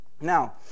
Now